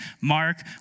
Mark